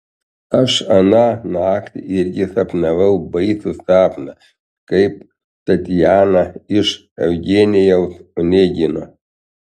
aš aną naktį irgi sapnavau baisų sapną kaip tatjana iš eugenijaus onegino